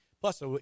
Plus